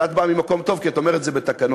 ואת באה ממקום טוב, כי את אומרת שזה בתקנות.